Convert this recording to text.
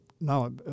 no